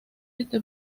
este